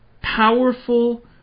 powerful